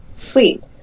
Sweet